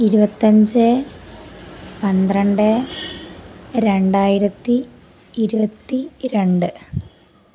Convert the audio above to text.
ഇരുപത്തഞ്ച് പന്ത്രണ്ട് രണ്ടായിരത്തി ഇരുപത്തിരണ്ട്